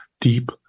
deep